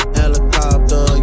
helicopter